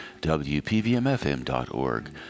wpvmfm.org